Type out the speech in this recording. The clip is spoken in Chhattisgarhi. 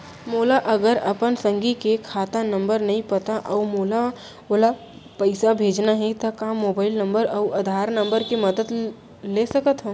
मोला अगर अपन संगी के खाता नंबर नहीं पता अऊ मोला ओला पइसा भेजना हे ता का मोबाईल नंबर अऊ आधार नंबर के मदद ले सकथव?